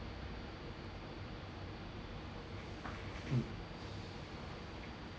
mm